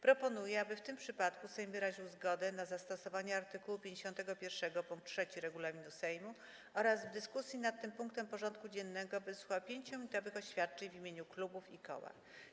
Proponuję, aby w tym przypadku Sejm wyraził zgodę na zastosowanie art. 51 pkt 3 regulaminu Sejmu oraz w dyskusji nad tym punktem porządku dziennego wysłuchał 5-minutowych oświadczeń w imieniu klubów i koła.